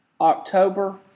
October